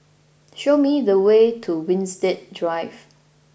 show me the way to Winstedt Drive